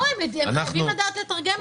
לא, הם חייבים לדעת לתרגם את הלמ"ס.